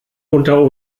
unter